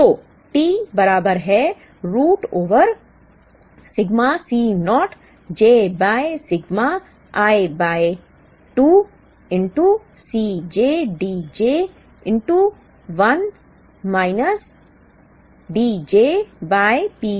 तो T बराबर है root over sigma C nught j by sigma i by 2 Cj Dj 1 minus Dj by Pj